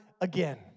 again